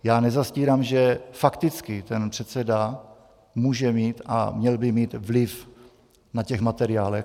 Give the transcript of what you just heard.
Já nezastírám, že fakticky předseda může mít a měl by mít vliv na těch materiálech.